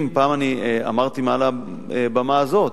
פעם אמרתי מעל הבמה הזאת,